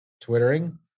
Twittering